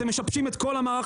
אתם משבשים את כל המערך